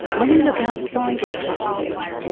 when you look outside of clusters,